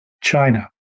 China